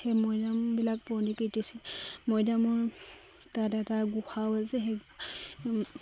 সেই মৈদামবিলাক পুৰণিকৃতিচিহ্ণ মৈদামৰ তাত এটা গোহাও আছে সেই